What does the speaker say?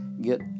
get